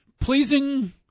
pleasing